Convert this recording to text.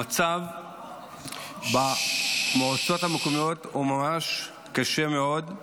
המצב במועצות המקומיות קשה מאוד.